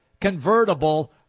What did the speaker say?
convertible